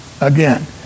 again